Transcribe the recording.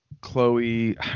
Chloe